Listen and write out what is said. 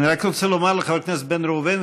אני רק רוצה לומר לחבר הכנסת בן ראובן,